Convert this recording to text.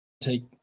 take